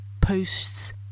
posts